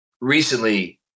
recently